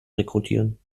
rekrutieren